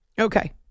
Okay